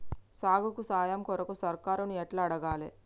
సాగుకు సాయం కొరకు సర్కారుని ఎట్ల అడగాలే?